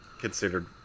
considered